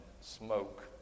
smoke